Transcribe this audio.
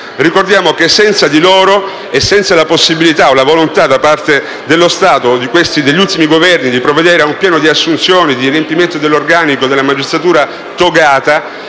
Ricordiamo che, stante la mancata possibilità o volontà da parte dello Stato o degli ultimi Governi, di provvedere a un piano di assunzioni, di riempimento dell'organico della magistratura togata,